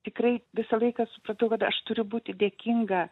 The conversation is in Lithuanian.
tikrai visą laiką supratau kad aš turiu būti dėkinga